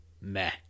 meh